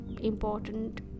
important